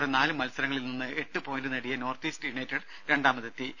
ഇതോടെ നാലു മത്സരങ്ങളിൽ നിന്ന് എട്ട് പോയന്റ് നേടിയ നോർത്ത് ഈസ്റ്റ് യുണൈറ്റഡ് രണ്ടാമതെത്തി